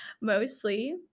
Mostly